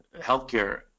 Healthcare